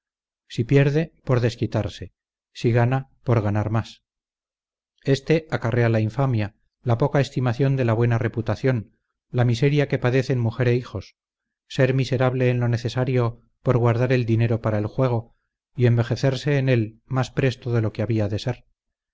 si pierde por desquitarse si gana por ganar más este acarrea la infamia la poca estimación de la buena reputación la miseria que padecen mujer e hijos ser miserable en lo necesario por guardar el dinero para el juego y envejecerse en él más presto de lo que había de ser